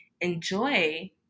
enjoy